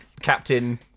captain